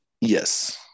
yes